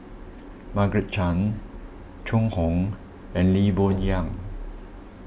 Margaret Chan Zhu Hong and Lee Boon Yang